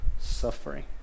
suffering